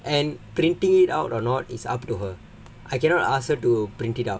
and printing it out or not is up to her I cannot ask her to print it out